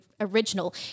original